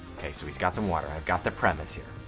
okay, so he's got some water, i've got the premise here.